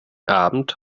abend